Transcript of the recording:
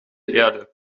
erde